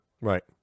right